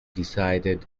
decided